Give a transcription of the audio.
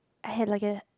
I had like a